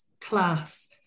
class